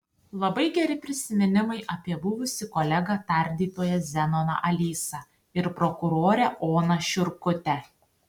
labai geri prisiminimai apie buvusį kolegą tardytoją zenoną alysą ir prokurorę oną šiurkutę